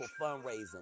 fundraising